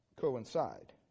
coincide